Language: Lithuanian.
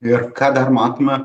ir ką dar matome